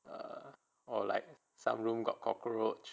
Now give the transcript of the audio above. uh or like some room got cockroach